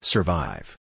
Survive